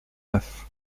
neuf